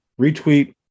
retweet